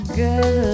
good